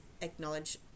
acknowledge